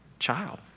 child